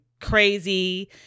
crazy